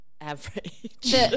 average